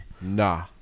Nah